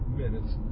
minutes